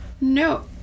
No